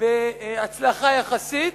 בהצלחה יחסית,